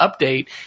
update